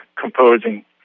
composing